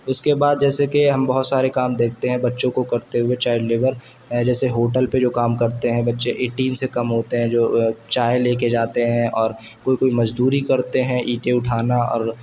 اس کے بعد جیسے کہ ہم بہت سارے کام دیکھتے ہیں بچوں کو کرتے ہوئے چائیلڈ لیبر جیسے ہوٹل پہ جو کام کرتے ہیں بچے اٹین سے کم ہوتے ہیں جو چائے لے کے جاتے ہیں اور کوئی کوئی مزدوری کرتے ہیں اینٹیں اٹھانا اور